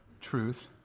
truth